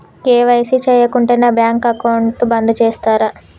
KYC చేయకుంటే నా bank account బంద్ చేస్తరా?